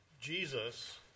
Jesus